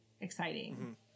exciting